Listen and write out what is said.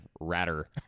ratter